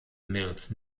mills